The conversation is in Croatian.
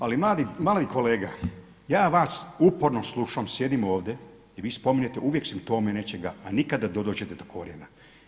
Ali mladi kolega ja vas uporno slušam, sjedim ovdje i vi spominjete uvijek simptome nečega, a nikada ne dođete do korijena.